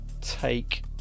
take